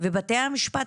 ובתי המשפט,